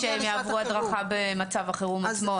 לא התכוונתי שהם יעברו הדרכה במצב החירום עצמו,